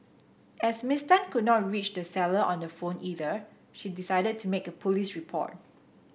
as Miss Tan could not reach the seller on the phone either she decided to make a police report